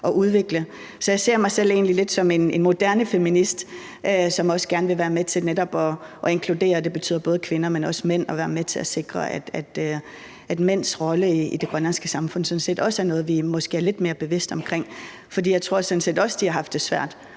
mig selv lidt som en moderne feminist, som også gerne vil være med til netop at inkludere, og det betyder både kvinder og mænd, og være med til at sikre, at mænds rolle i det grønlandske samfund sådan også er noget, vi måske er lidt mere bevidste omkring. For jeg tror sådan også, at de har haft det svært